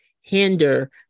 hinder